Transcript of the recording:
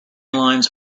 lines